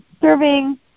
serving